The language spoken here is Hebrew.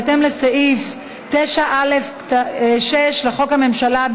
בהתאם לסעיף 9(א)(6) לחוק הממשלה,